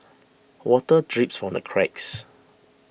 water drips from the cracks